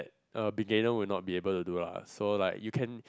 a beginner will not be able to do lah so like you can